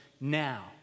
now